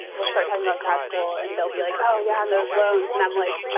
will start talking about grad school. and they'll be like, oh, yeah, and those loans. and i'm like,